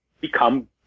become